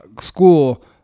school